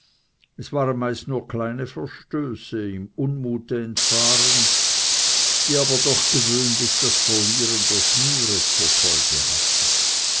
es waren meist nur kleine verstöße im unmute entfahren die aber doch gewöhnlich das verlieren der schnüre zur folge hatten